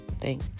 thank